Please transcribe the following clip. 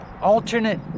alternate